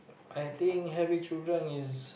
I think having children is